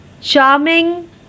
charming